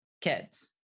kids